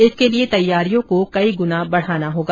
इसके लिए तैयारियों को कई गुना बढ़ाना होगा